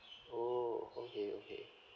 oh okay okay